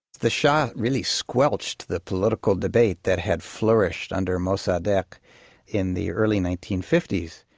the shah really squelched the political debate that had flourished under mossaddeq in the early nineteen fifty s.